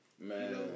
Man